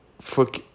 fuck